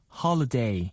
holiday